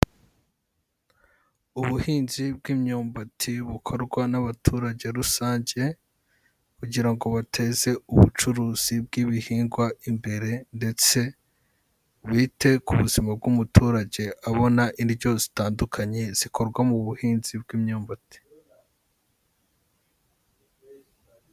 Ubuhinzi bw'imyumbati bukorwa n'abaturage rusange, kugira ngo bateze ubucuruzi bw'ibihingwa imbere, ndetse bite ku buzima bw'umuturage, abona indyo zitandukanye zikorwa mu buhinzi bw'imyumbati.